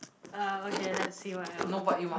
uh okay let's see what else